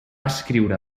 escriure